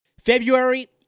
February